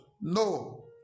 No